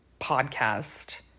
podcast